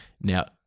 now